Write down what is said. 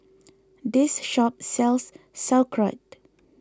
this shop sells Sauerkraut